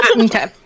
Okay